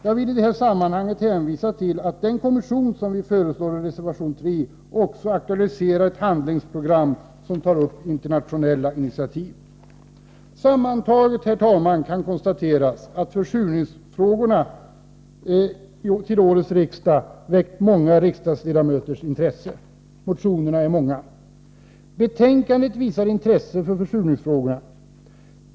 Jag vill i sammanhanget också hänvisa till att den kommission som vi föreslår i reservation 3 aktualiserar ett handlingsprogram som tar upp internationella initiativ. Sammantaget, herr talman, kan konstateras att försurningsfrågorna, som har tagits upp vid årets riksmöte, väckt många riksdagsledamöters intresse. Motionerna är många. I betänkandet visas intresse för försurningsfrågorna.